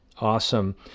Awesome